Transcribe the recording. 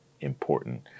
important